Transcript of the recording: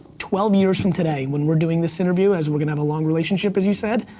twelve years from today, when we're doing this interview as we're gonna have a long relationship as you said,